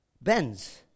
bends